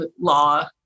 law